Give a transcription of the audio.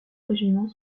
régiments